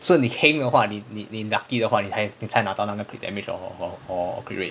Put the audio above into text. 是你 heng 的话你你你 lucky 的话你才你才拿到那个 crit damage or or or crit rate